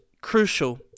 crucial